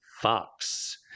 Fox